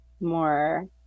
more